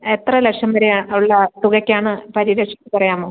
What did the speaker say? എത്ര ലക്ഷം വരെയുള്ള തുകയ്ക്ക് ആണ് പരിരക്ഷ പറയാമോ